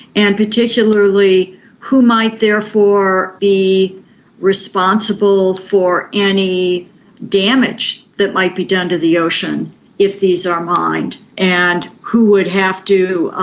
and particularly who might therefore be responsible for any damage that might be done to the ocean if these are mined, and who would have to